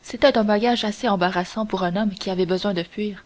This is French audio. c'était un bagage assez embarrassant pour un homme qui avait besoin de fuir